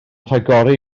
rhagori